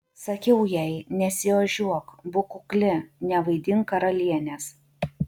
sakiau jai nesiožiuok būk kukli nevaidink karalienės